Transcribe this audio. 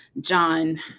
John